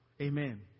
Amen